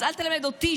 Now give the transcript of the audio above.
אז אל תלמד אותי,